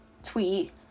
tweet